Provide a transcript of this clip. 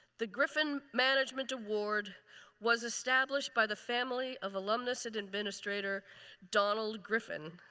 the griffin management award was established by the family of alumnus and administrator donald griffin,